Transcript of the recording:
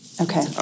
Okay